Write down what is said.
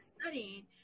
studying